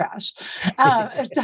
trash